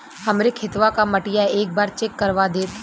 हमरे खेतवा क मटीया एक बार चेक करवा देत?